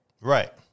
Right